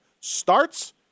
Starts